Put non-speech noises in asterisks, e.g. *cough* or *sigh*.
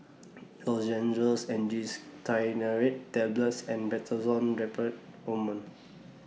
*noise* Lozenges Angised Glyceryl Trinitrate Tablets and Betamethasone Dipropionate Ointment